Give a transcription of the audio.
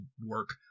work